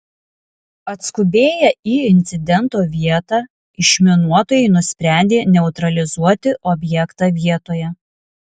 atskubėję į incidento vietą išminuotojai nusprendė neutralizuoti objektą vietoje